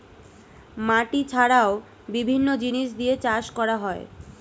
মাটি ছাড়াও বিভিন্ন জিনিস দিয়ে চাষ করা হয়